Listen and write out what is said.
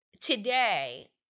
today